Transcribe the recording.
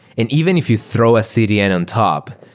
and even if you throw a cdn on top,